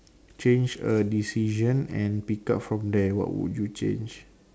change a decision and pick up from there what would you change